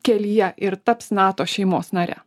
kelyje ir taps nato šeimos nare